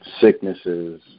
sicknesses